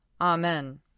Amen